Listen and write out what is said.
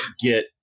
get